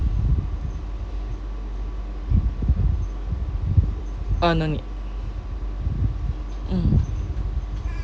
uh no need mm